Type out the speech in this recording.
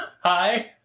Hi